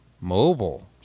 mobile